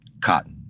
Cotton